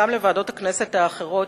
וגם לוועדות הכנסת האחרות,